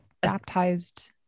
baptized